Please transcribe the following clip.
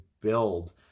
build